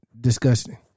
disgusting